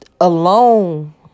alone